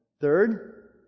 Third